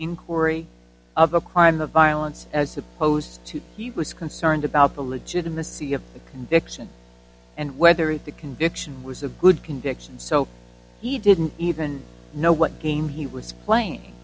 inquiry of a crime of violence as opposed to he was concerned about the legitimacy of a conviction and whether the conviction was a good conviction so he didn't even know what game he was